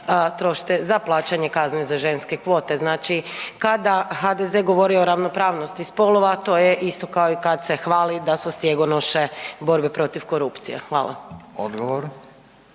trošite za plaćanje kazne za ženske kvote. Znači kada HDZ-e govori o ravnopravnosti spolova, to je isto kao kad se hvali da su stjegonoše borbe protiv korupcije. Hvala. **Radin,